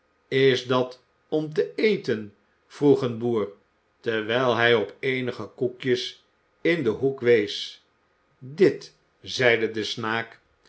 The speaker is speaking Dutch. is dat om te eten vroeg een boer terwijl hij op eenige koekjes in een hoek wees dit zêide dé snaak